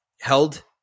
held